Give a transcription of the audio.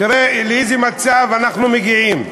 תראה לאיזה מצב אנחנו מגיעים,